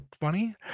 funny